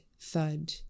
thud